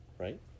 right